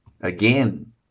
again